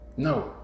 No